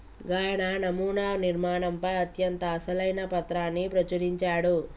గాయన నమునా నిర్మాణంపై అత్యంత అసలైన పత్రాన్ని ప్రచురించాడు